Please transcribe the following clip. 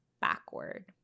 backward